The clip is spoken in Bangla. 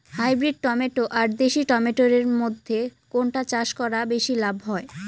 হাইব্রিড টমেটো আর দেশি টমেটো এর মইধ্যে কোনটা চাষ করা বেশি লাভ হয়?